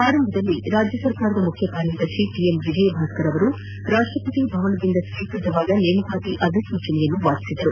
ಆರಂಭದಲ್ಲಿ ರಾಜ್ಯ ಸರ್ಕಾರದ ಮುಖ್ಯ ಕಾರ್ಯದರ್ಶಿ ಟಿ ಎಂ ವಿಜಯ್ ಭಾಸ್ಕರ್ ಅವರು ರಾಷ್ಟಪತಿ ಭವನದಿಂದ ಸ್ವೀಕೃತವಾದ ನೇಮಕಾತಿ ಅಧಿಸೂಚನೆಯನ್ನು ವಾಚಿಸಿದರು